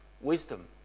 wisdom